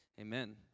Amen